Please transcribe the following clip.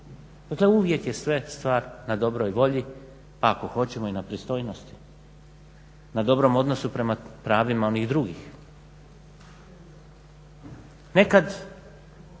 Dakle uvijek je sve stvar na dobroj volji, ako hoćemo i na pristojnosti, na dobrom odnosu prema pravima onih drugih. Nekad